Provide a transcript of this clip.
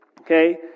Okay